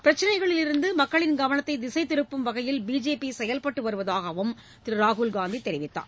பிரச்சினைகளிலிருந்து மக்களின் கவனத்தை திசை திருப்பும் வகையில் பிஜேபி செயல்பட்டு வருவதாகவும் திரு ராகுல்காந்தி தெரிவித்தார்